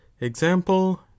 example